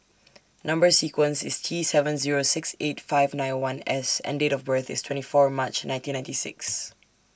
Number sequence IS T seven Zero six eight five nine one S and Date of birth IS twenty four March nineteen ninety six